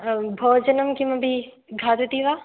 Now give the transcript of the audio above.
भोजनं किमपि खादति वा